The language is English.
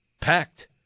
packed